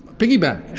piggyback.